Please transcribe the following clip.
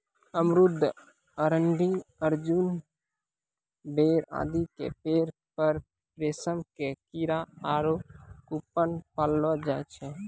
अमरूद, अरंडी, अर्जुन, बेर आदि के पेड़ पर रेशम के कीड़ा आरो ककून पाललो जाय छै